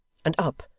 and up,